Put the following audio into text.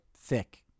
thick